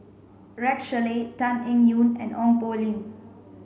Rex Shelley Tan Eng Yoon and Ong Poh Lim